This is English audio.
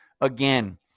again